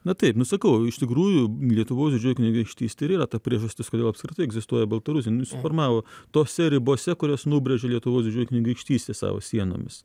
na taip nu sakau iš tikrųjų lietuvos kunigaikštystė ir yra ta priežastis kodėl apskritai egzistuoja baltarusiai suformavo tose ribose kurias nubrėžė lietuvos didžioji kunigaikštystė savo sienomis